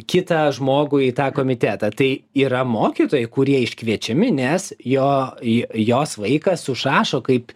kitą žmogų į tą komitetą tai yra mokytojai kurie iškviečiami nes jo į jos vaikas užrašo kaip